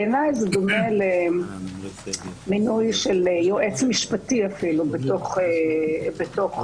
בעיניי זה דומה למינוי יועץ משפטי אפילו בתוך גוף.